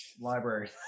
Library